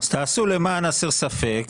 אז תעשו למען הסר ספק,